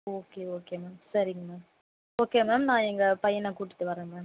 okay okay ma'am சரிங்க ma'am okay ma'am நான் எங்கள் பையனை கூட்டிட்டு வர்றேன் மேம்